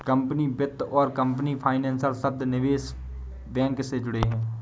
company वित्त और company financer शब्द निवेश बैंक से जुड़े हैं